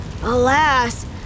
Alas